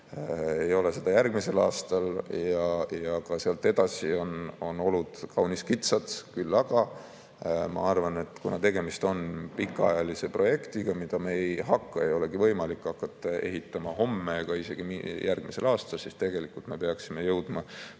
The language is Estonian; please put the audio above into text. Ei ole seda järgmisel aastal ja ka sealt edasi on olud kaunis kitsad. Küll aga ma arvan, et kuna tegemist on pikaajalise projektiga, mida me ei hakka, seda ei olegi võimalik hakata ehitama homme ega isegi järgmisel aastal, siis tegelikult me peaksime jõudma sellise